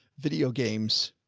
video games.